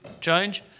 change